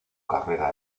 carrera